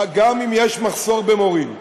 גם אם יש מחסור במורים,